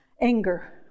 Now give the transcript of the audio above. anger